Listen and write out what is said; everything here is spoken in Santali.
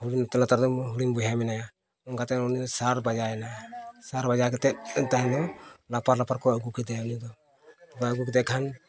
ᱛᱟᱭᱚᱢ ᱫᱚ ᱦᱩᱰᱤᱧ ᱵᱚᱭᱦᱟ ᱢᱮᱱᱟᱭᱟ ᱚᱱᱠᱟᱛᱮ ᱩᱱᱤ ᱫᱚ ᱥᱟᱨ ᱵᱟᱡᱟᱣ ᱮᱱᱟᱭ ᱥᱟᱨ ᱵᱟᱡᱟᱣ ᱠᱟᱛᱮᱫ ᱛᱟᱭᱱᱚᱢ ᱞᱟᱯᱷᱟᱨ ᱞᱟᱯᱷᱟᱨ ᱠᱚ ᱟᱹᱜᱩ ᱠᱮᱫᱮᱭᱟ ᱩᱱᱤ ᱫᱚ ᱟᱫᱚ ᱟᱹᱜᱩ ᱠᱮᱫᱮ ᱠᱷᱟᱱ